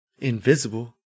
invisible